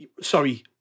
Sorry